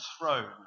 throne